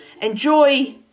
enjoy